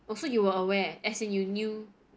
oh so you were aware as in you knew